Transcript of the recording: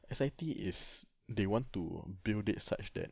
S_I_T is they want to build it such that